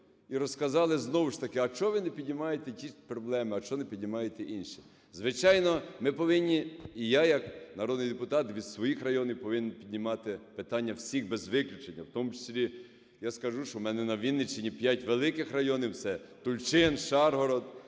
і розказали, знову ж таки, а чого ви не піднімаєте ті проблеми, а чого не піднімаєте інші. Звичайно, ми повинні і я як народний депутат від своїх районів повинен піднімати питання всіх без виключення. В тому числі, я скажу, що у мене на Вінниччині п'ять великих районів: це Тульчин, Шаргород,